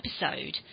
episode